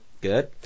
Good